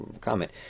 comment